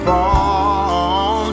Fall